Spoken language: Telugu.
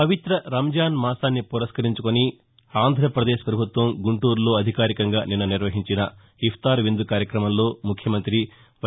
పవిత్ర రంజాన్ మాసాన్ని పురస్కరించుకుని ఆంధ్రాపదేశ్ పభుత్వం గుంటూరులో అధికారికంగా నిన్న నిర్వహించిస ఇఫ్తార్ విందు కార్యక్రమంలో ముఖ్యమంతి వై